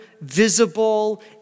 visible